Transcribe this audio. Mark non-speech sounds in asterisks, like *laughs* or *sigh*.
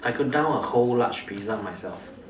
I could down a whole large pizza myself *laughs*